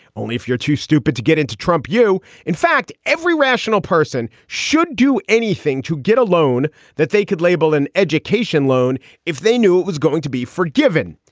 only if you're too stupid to get into trump you. in fact, every rational person should do anything to get a loan that they could label an education loan if they knew it was going to be forgiven.